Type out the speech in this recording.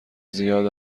زیاد